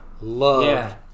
Love